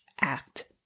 act